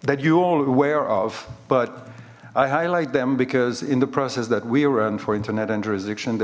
that you all aware of but i highlight them because in the process that we run for internet